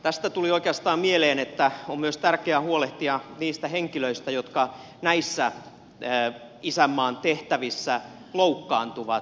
tästä tuli oikeastaan mieleen että on myös tärkeää huolehtia niistä henkilöistä jotka näissä isänmaan tehtävissä loukkaantuvat